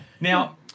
Now